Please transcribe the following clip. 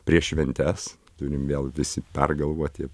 prieš šventes turim vėl visi pergalvoti